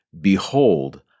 Behold